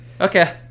okay